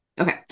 okay